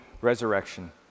resurrection